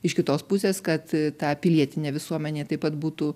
iš kitos pusės kad ta pilietinė visuomenė taip pat būtų